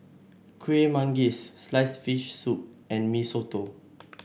Kueh Manggis sliced fish soup and Mee Soto